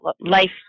life